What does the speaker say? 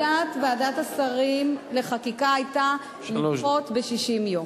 עמדת ועדת השרים לחקיקה היתה לדחות ב-60 יום.